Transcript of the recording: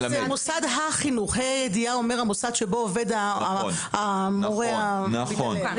המוסד שבו עובד המורה המתעלל.